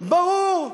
ברור,